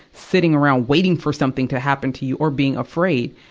sitting around waiting for something to happen to you or being afraid.